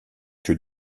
que